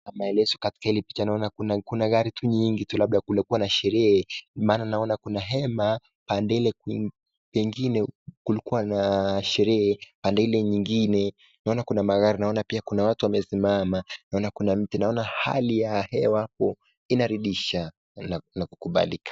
Maelezo katika hii picha naona kuna gari tu mingi tu labda kulikuwa na sherehe maana naona kuna hema upande ile pengine kulikuwa na sherehe upande ile nyingine. Naona kuna magari, naona pia kuna watu wamesimama, naona kuna mti, naona hali ya hewa hapo inaridhisha na kukubalika.